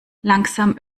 langsam